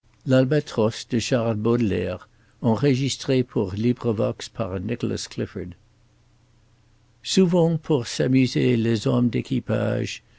souvent pour s'amuser les hommes d'équipage